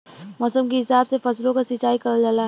मौसम के हिसाब से फसलो क सिंचाई करल जाला